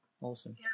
Awesome